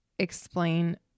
explain